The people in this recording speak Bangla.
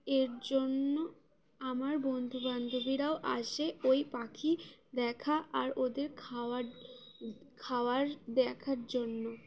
এর জন্য আমার বন্ধুবান্ধবীরাও আসে ওই পাখি দেখা আর ওদের খাওয়ার খাওয়ার দেখার জন্য